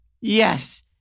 Yes